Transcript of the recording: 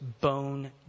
bone